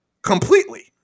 Completely